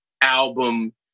album